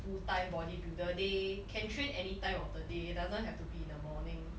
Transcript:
full time bodybuilder they can train anytime of the day doesn't have to be in the morning